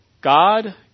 God